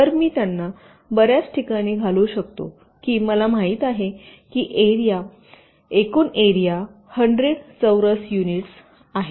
तर मी त्यांना बर्याच ठिकाणी घालू शकतो की मला माहित आहे की एकूण एरिया 100 चौरस युनिट्स आहे